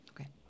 okay